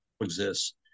exists